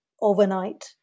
overnight